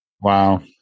Wow